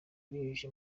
abinyujije